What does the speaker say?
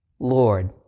Lord